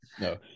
No